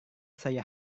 saya